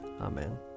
Amen